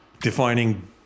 Defining